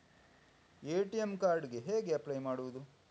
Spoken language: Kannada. ಎ.ಟಿ.ಎಂ ಕಾರ್ಡ್ ಗೆ ಹೇಗೆ ಅಪ್ಲೈ ಮಾಡುವುದು?